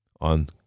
on